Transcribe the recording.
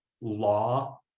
law